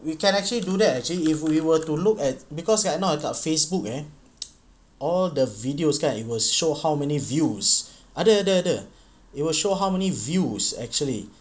we can actually do that actually if we were to look at because right now dekat facebook eh all the videos kan it will show how many views ada ada ada rather it will show how many views actually